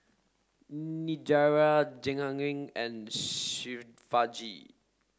Niraj Jehangirr and Shivaji